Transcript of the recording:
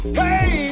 hey